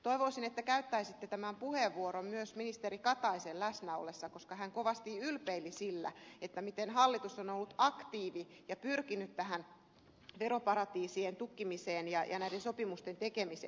toivoisin että käyttäisitte tämän puheenvuoron myös ministeri kataisen läsnäollessa koska hän kovasti ylpeili sillä miten hallitus on ollut aktiivi ja pyrkinyt tähän veroparatiisien tukkimiseen ja näiden sopimusten tekemiseen